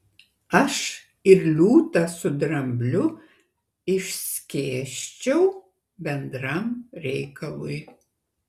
aš ir liūtą su drambliu išskėsčiau bendram reikalui